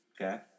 Okay